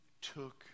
took